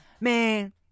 man